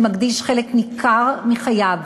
שמקדיש חלק ניכר מחייו